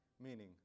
Meaning